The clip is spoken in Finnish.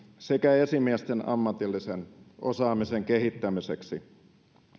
sekä esimiesten ammatillisen osaamisen kehittämiseksi